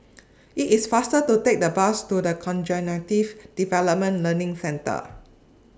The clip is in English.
IT IS faster to Take The Bus to The Cognitive Development Learning Centre